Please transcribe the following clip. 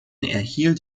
erhielt